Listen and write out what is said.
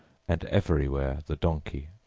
and everywhere the donkey.